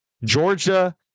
Georgia